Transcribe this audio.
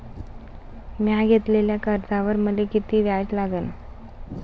म्या घेतलेल्या कर्जावर मले किती व्याज लागन?